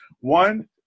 One